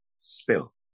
spill